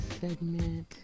segment